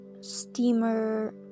steamer